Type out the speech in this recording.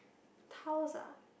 tiles ah